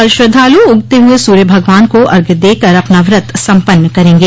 कल श्रद्वालु उगते हए सूर्य भगवान को अर्घ्य देकर अपना व्रत सम्पन्न करेंगे